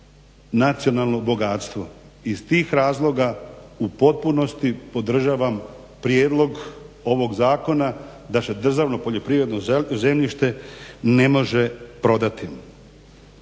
nacionalno bogatstvo. Iz tih razloga u potpunosti podržavam prijedlog ovog zakona da se državno poljoprivredno zemljište ne može prodati.